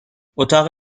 اتاق